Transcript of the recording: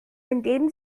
indem